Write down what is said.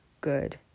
good